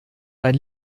dein